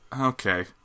Okay